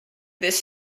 this